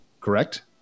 correct